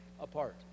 apart